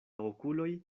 okuloj